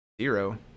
zero